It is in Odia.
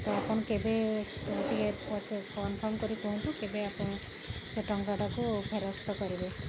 ତ ଆପଣ କେବେ ଟିକିଏ କନଫର୍ମ୍ କରି କୁହନ୍ତୁ କେବେ ଆପଣ ସେ ଟଙ୍କାଟାକୁ ଫେରସ୍ତ କରିବେ